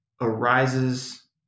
arises